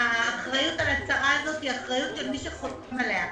האחריות של ההצהרה הזאת היא על מי שחותם עליה.